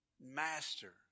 Master